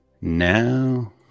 Now